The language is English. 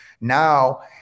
now